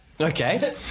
Okay